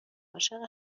عاشق